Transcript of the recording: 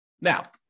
Now